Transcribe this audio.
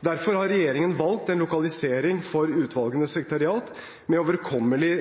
Derfor har regjeringen valgt en lokalisering for utvalgenes sekretariat med overkommelig